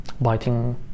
biting